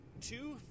two